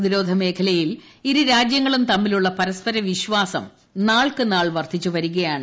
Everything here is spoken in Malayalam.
പ്രതിരോധ മേഖലയിൽ ഇരു രാജ്യങ്ങളും തമ്മിലുള്ള പരസ്പര വിശ്വാസം നാൾക്കുനാൾ വർദ്ധിച്ച് വരികയാണ്